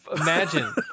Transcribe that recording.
Imagine